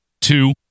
two